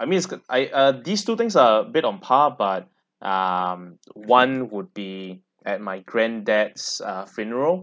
I mean is qut~ I uh these two things are bit on par but um one would be at my grand dad's uh funeral